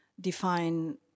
define